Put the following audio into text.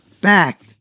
back